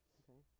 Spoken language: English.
okay